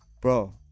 Bro